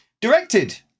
directed